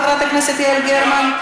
חברת הכנסת גרמן?